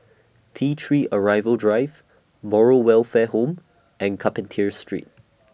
T three Arrival Drive Moral Welfare Home and Carpenter Street